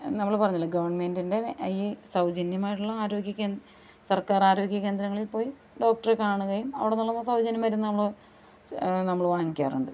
നമ്മൾ പറഞ്ഞില്ലേ ഗവണ്മെൻറ്റിൻ്റെ ഈ സൗജന്യമായിട്ടുള്ള ആരോഗ്യകേന്ദ്ര സർക്കാർ ആരോഗ്യകേന്ദ്രങ്ങളിൽ പോയി ഡോക്ടറെ കാണുകയും അവിടുന്നുള്ള സൗജന്യ മരുന്നുകൾ നമ്മൾ വാങ്ങിക്കാറുണ്ട്